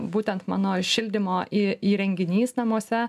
būtent mano šildymo į įrenginys namuose